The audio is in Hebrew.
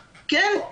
כן,